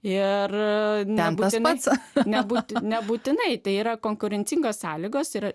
ir nemunas man sako neduoti nebūtinai tai yra konkurencingos sąlygos yra